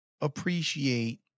appreciate